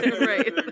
Right